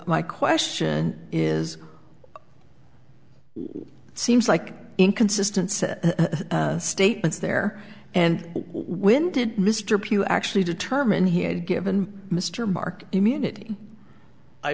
my question is it seems like inconsistent statements there and when did mr pugh actually determine he had given mr mark immunity i